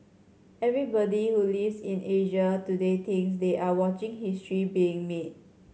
everybody who lives in Asia today thinks they are watching history being made